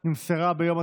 בעד,